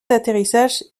d’atterrissage